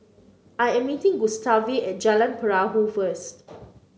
I am meeting Gustave at Jalan Perahu first